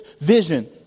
vision